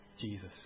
Jesus